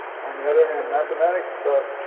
on the other hand, mathematics!